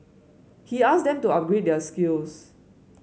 he asked them to upgrade their skills